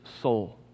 soul